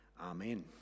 Amen